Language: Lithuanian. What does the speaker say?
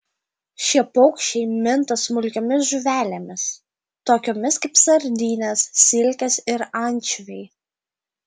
šie paukščiai minta smulkiomis žuvelėmis tokiomis kaip sardinės silkės ir ančiuviai